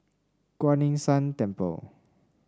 Kuan Yin San Temple